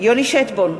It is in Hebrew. יוני שטבון,